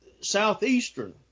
Southeastern